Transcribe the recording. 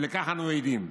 ולכך אנחנו עדים".